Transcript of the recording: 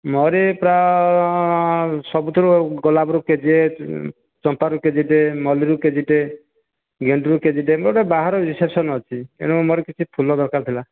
ମୋର ଏଇ ପ୍ରାୟ ସବୁଥିରୁ ଗୋଲାପରୁ କେଜିଏ ଚମ୍ପାରୁ କେଜିଟିଏ ମଲ୍ଲୀରୁ କେଜିଟିଏ ଗେଣ୍ଡୁରୁ କେଜିଟିଏ ମୋର ଗୋଟେ ବାହାଘର ରିସେପ୍ସନ୍ ଅଛି ତେଣୁ ମୋର କିଛି ଫୁଲ ଦରକାର ଥିଲା